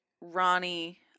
Ronnie